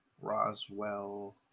Roswell